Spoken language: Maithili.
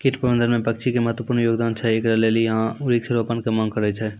कीट प्रबंधन मे पक्षी के महत्वपूर्ण योगदान छैय, इकरे लेली यहाँ वृक्ष रोपण के मांग करेय छैय?